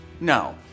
No